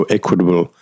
equitable